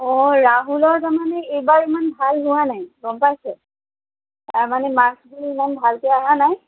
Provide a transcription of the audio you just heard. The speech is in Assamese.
অ' ৰাহুলৰ তাৰমানে এইবাৰ ইমান ভাল হোৱা নাই গম পাইছে তাৰ মানে মাৰ্ক্সবোৰ ইমান ভালকৈ আহা নাই